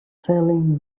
selling